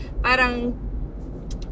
parang